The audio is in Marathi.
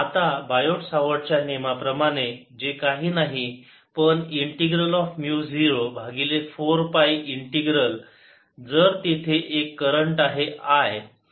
आता बायोट सावर्ट च्या नियमाप्रमाणे जे काही नाही पण इंटीग्रल ऑफ म्यु 0 भागिले 4 पाय इंटिग्रल जर तेथे एक करंट आहे I